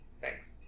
thanks